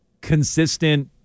consistent